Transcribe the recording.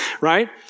right